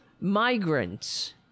migrants